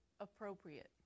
appropriate